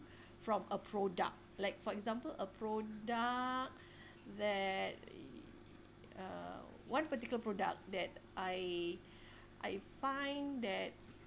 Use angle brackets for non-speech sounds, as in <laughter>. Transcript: <breath> from a product like for example a product <breath> that uh one particular product that I <breath> I find that